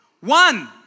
one